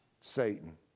Satan